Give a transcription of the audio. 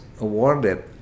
awarded